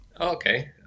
Okay